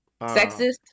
sexist